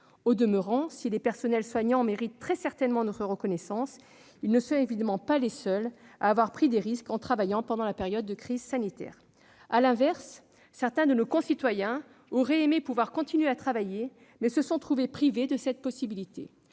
Au demeurant, si les personnels soignants méritent très certainement notre reconnaissance, ils ne sont évidemment pas les seuls à avoir pris des risques en travaillant pendant la période de crise sanitaire. À l'inverse, certains de nos concitoyens auraient aimé pouvoir continuer à travailler, mais se sont trouvés privés de cette possibilité.